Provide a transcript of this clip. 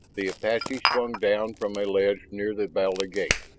the apache swung down from a ledge near the valley gate,